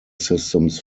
systems